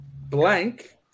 Blank